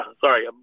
sorry